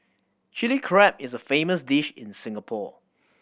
Chilli Crab is a famous dish in Singapore